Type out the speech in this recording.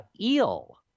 eel